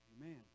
Amen